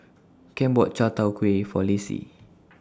Kem bought Chai Tow Kuay For Lassie